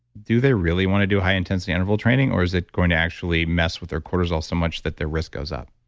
do they really want to do high intensity interval training or is it going to actually mess with their cortisol so much that their risk goes up?